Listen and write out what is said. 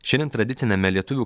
šiandien tradiciniame lietuvių